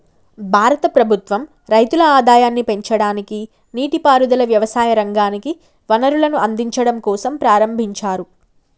భారత ప్రభుత్వం రైతుల ఆదాయాన్ని పెంచడానికి, నీటి పారుదల, వ్యవసాయ రంగానికి వనరులను అందిచడం కోసంప్రారంబించారు